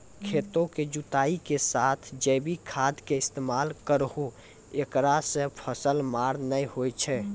खेतों के जुताई के साथ जैविक खाद के इस्तेमाल करहो ऐकरा से फसल मार नैय होय छै?